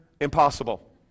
impossible